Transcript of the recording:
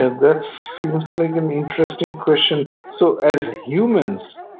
and that seems like an interesting question. so as humans,